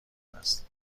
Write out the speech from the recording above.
است